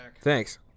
Thanks